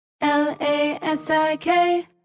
L-A-S-I-K